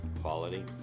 quality